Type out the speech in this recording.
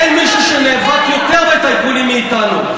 אין מישהו שנאבק בטייקונים יותר מאתנו.